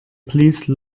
please